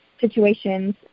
situations